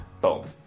Boom